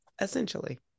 essentially